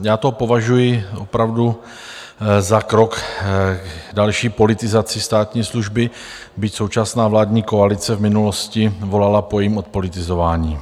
Já to považuji opravdu za krok k další politizaci státní služby, byť současná vládní koalice v minulosti volala po jejím odpolitizování.